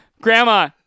Grandma